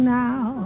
now